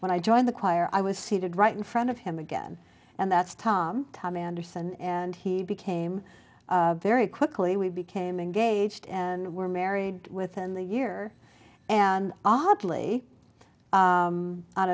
when i joined the choir i was seated right in front of him again and that's tom tom anderson and he became very quickly we became engaged and were married within the year and oddly